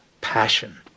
passion